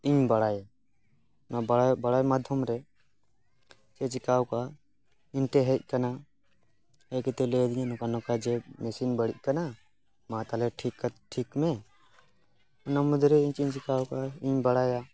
ᱤᱧ ᱵᱟᱲᱟᱭ ᱵᱟᱲᱟᱭ ᱵᱟᱲᱟᱭ ᱢᱟᱫᱽᱫᱷᱚᱢ ᱨᱮ ᱪᱮᱫ ᱮ ᱪᱮᱠᱟᱣᱟᱠᱟᱜᱼᱟ ᱤᱧ ᱴᱷᱮᱱ ᱦᱮᱡ ᱟᱠᱟᱱᱟ ᱦᱮᱡ ᱠᱟᱛᱮ ᱞᱟᱹᱭ ᱟᱹᱫᱤᱧᱟ ᱱᱚᱝᱠᱟ ᱱᱚᱝᱠᱟ ᱡᱮ ᱢᱮᱥᱤᱱ ᱵᱟᱹᱲᱤᱡ ᱟᱠᱟᱱᱟ ᱢᱟ ᱛᱟᱦᱚᱞᱮ ᱴᱷᱤᱠ ᱢᱮ ᱚᱱᱟ ᱢᱚᱫᱽᱫᱷᱮᱨᱮ ᱤᱧ ᱪᱮᱫ ᱤᱧ ᱪᱮᱠᱟᱣᱟᱠᱟᱫᱟ ᱤᱧ ᱵᱟᱲᱟᱭᱟ